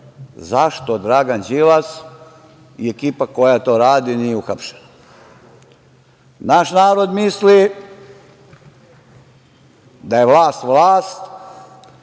zašto Dragan Đilas i ekipa koja to radi, nije uhapšena? Naš narod misli da je vlast vlast,